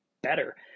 better